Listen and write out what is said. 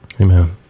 amen